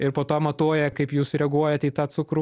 ir po to matuoja kaip jūs reaguojate į tą cukrų